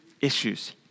issues